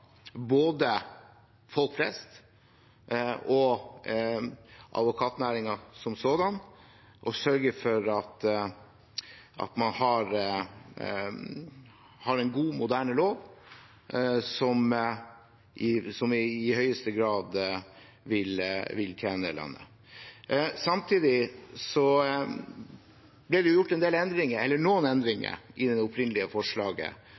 både folk flest og advokatnæringen som sådan, og at man sørger for å ha en god, moderne lov som i høyeste grad vil tjene landet. Samtidig ble det gjort noen endringer i det opprinnelige forslaget